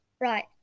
Right